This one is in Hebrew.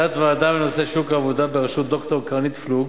תת-ועדה בנושא שוק העבודה בראשות ד"ר קרנית פלוג,